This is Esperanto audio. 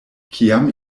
kiam